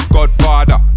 Godfather